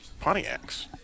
Pontiacs